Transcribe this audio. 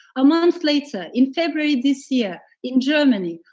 a month later, in february this year in germany,